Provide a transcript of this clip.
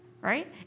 Right